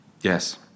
Yes